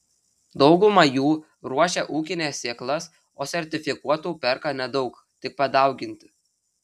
dauguma jų ruošia ūkines sėklas o sertifikuotų perka nedaug tik padauginti